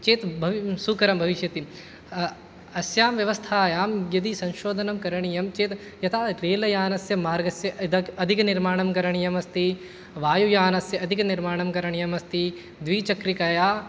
चेत् भव् सुकरं भविष्यति अस्यां व्यवस्थायां यदि संशोधनं करणीयं चेत् यथा रेल यानस्य मार्गस्य अधेक् अधिकनिर्माणं करणीयमस्ति वायुयानस्य अधिकनिर्माणं करणीयमस्ति द्विचक्रिकया